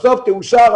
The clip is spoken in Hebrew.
בסוף תאושר.